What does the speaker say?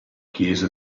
chiesa